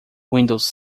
windows